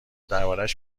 دربارش